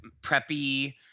preppy